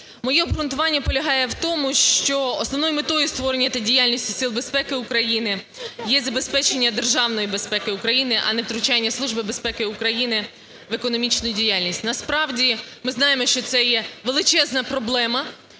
Моє обґрунтування полягає у тому, що основною метою створення та діяльності сил безпеки України є забезпечення державної безпеки України, а не втручання Служби безпеки України в економічну діяльність. Насправді, ми знаємо, що це є величезна проблема